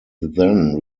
then